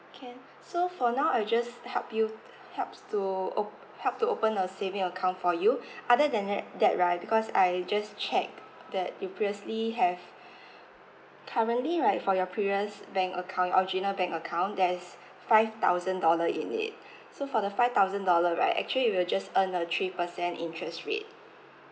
can so for now I'll just help you helps to op~ help to open a saving account for you other than that that right because I just checked that you previously have currently right for your previous bank account your original bank account there's five thousand dollar in it so for the five thousand dollar right actually you'll just earn a three percent interest rate